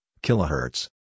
Kilohertz